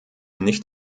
nicht